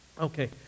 Okay